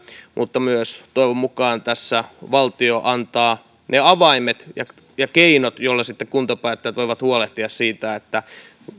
mutta toivon mukaan tässä myös valtio antaa ne avaimet ja ja keinot joilla sitten kuntapäättäjät voivat huolehtia siitä että